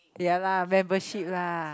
ya lah membership lah